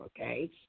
okay